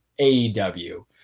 AEW